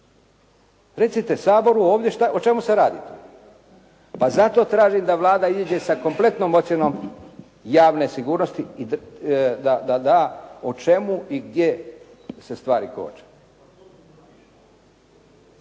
Recite Saboru ovdje o čemu se radi. Pa zato tražim da Vlada ide sa kompletnom ocjenom javne sigurnosti i da da o čemu i gdje se stvari koče.